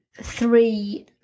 three